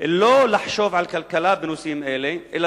לא לחשוב על כלכלה בנושאים אלה אלא